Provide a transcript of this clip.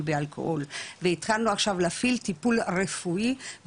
באלכוהול והתחלנו עכשיו להפעיל טיפול רפואי,